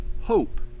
hope